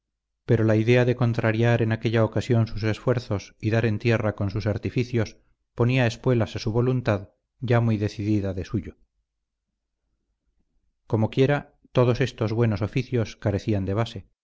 pero la idea de contrariar en aquella ocasión sus esfuerzos y dar en tierra con sus artificios ponía espuelas a su voluntad ya muy decidida de suyo comoquiera todos estos buenos oficios carecían de base